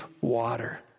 water